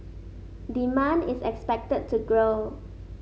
demand is expected to grow